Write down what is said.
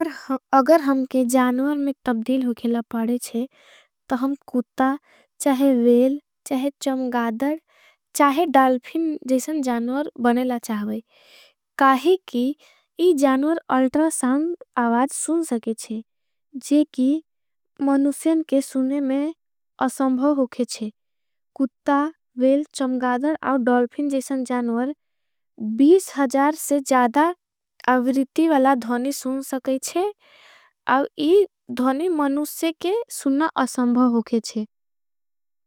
अगर हमके जानवर में तब्दील हो खेला पाड़ेंचे। तो हम कुट्टा, चाहे वेल, चाहे चमगादर, चाहे। डाल्फिन जैसन जानवर बनेला चाहें काहि कि। इजानवर अल्ट्रा साउंड आवाज सुन सकेचे। जेकि मनुस्यन के सुने में असंभव होखेचे कुट्टा। वेल, चमगादर, आवाज डाल्फिन जैसन। जानवर से जादा अवरिती वाला ध्वनी सुन सकेचे। आव इद ध्वनी मनुस्य के सुनना असंभव होखेचे।